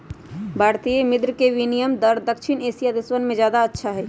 भारतीय मुद्र के विनियम दर दक्षिण एशियाई देशवन में अच्छा हई